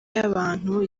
y’abantu